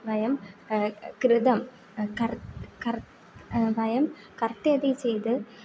वयं कृतं कर्ता कर्ता वयं कर्त्यति चेत्